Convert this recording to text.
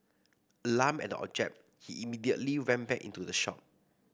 alarmed at the object he immediately went back into the shop